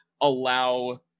allow